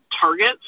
Targets